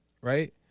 right